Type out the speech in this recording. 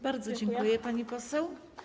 Bardzo dziękuję, pani poseł.